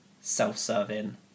self-serving